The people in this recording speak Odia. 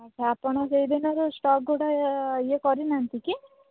ଆଚ୍ଛା ଆପଣ ସେଇ ଦିନର ଷ୍ଟକ୍ଗୁଡ଼ା ଇଏ କରିନାହାନ୍ତି କି